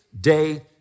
day